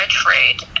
trade